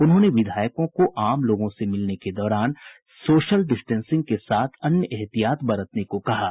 उन्होंने विधायकों को आम लोगों से मिलने के दौरान सोशल डिस्टेंसिंग के साथ अन्य एहतियात बरतने को कहा है